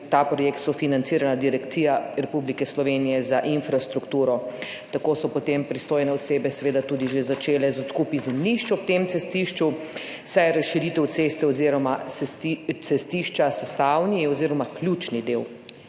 ta projekt sofinancirala Direkcija Republike Slovenije za infrastrukturo. Tako so potem pristojne osebe seveda tudi že začele z odkupi zemljišč ob tem cestišču, saj je razširitev ceste oziroma cestišča sestavni oziroma ključni del